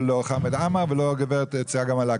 לא חמד עמאר ולא הגברת צגה מלקו.